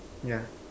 yeah